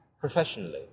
professionally